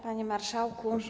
Panie Marszałku!